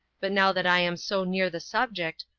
but now that i am so near the subject,